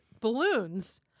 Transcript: balloons